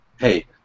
hey